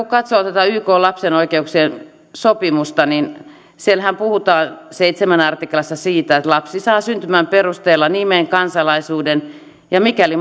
katsoo tätä ykn lapsen oikeuksien sopimusta niin siellähän puhutaan seitsemännessä artiklassa siitä että lapsi saa syntymän perusteella nimen kansalaisuuden ja mikäli